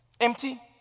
Empty